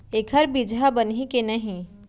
एखर बीजहा बनही के नहीं?